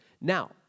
Now